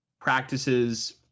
Practices